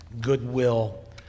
goodwill